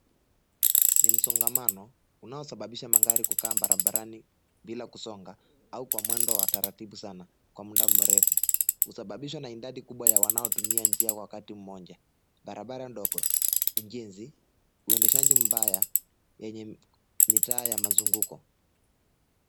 Ni msongamano unaosababisha magari kukaa barabarani bila kusonga, au kwa mwendo wa taratibu sana kwa muda mrefu. Husababishwa na idadi kubwa ya wanaotumia njia wakati mmoja, barabara ndogo, ujenzi, uendeshaji mbaya yenye mitaa ya mazunguko